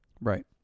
right